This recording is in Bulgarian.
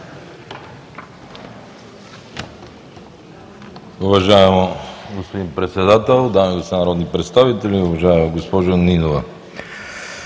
Уважаеми господин Председател, дами и господа народни представители, уважаеми господин